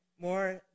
more